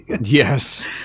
Yes